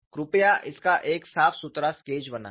कृपया इसका एक साफ सुथरा स्केच बनाएं